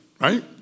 right